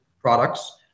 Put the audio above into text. products